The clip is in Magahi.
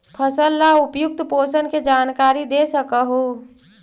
फसल ला उपयुक्त पोषण के जानकारी दे सक हु?